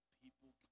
people